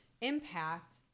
impact